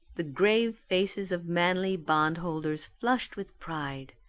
the grave faces of manly bondholders flushed with pride,